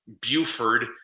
Buford